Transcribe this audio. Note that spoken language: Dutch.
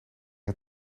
een